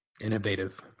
Innovative